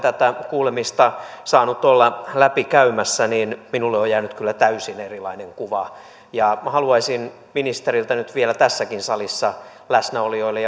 tätä kuulemista saanut olla läpikäymässä niin minulle on jäänyt kyllä täysin erilainen kuva minä haluaisin ministeriltä nyt vielä tässäkin salissa läsnäolijoille